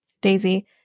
Daisy